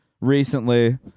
recently